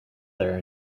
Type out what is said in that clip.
there